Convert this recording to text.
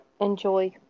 enjoy